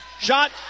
shot